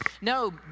No